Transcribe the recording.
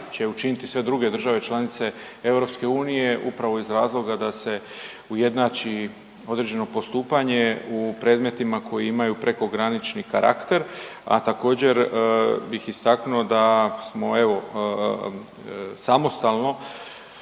će učiniti i sve druge države članice EU upravo iz razloga da se ujednači određeno postupanje u predmetima koje imaju prekogranični karakter, a također bih istaknuo da smo evo samostalno